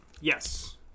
yes